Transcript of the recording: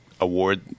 award